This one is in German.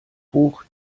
hoch